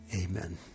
Amen